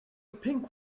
pink